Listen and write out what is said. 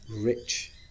rich